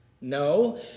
No